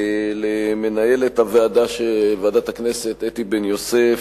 למנהלת ועדת הכנסת אתי בן-יוסף,